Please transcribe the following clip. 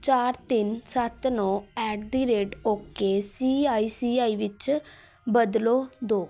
ਚਾਰ ਤਿੰਨ ਸੱਤ ਨੌ at the rate okay C I C I ਵਿੱਚ ਬਦਲੋ ਦਿਓ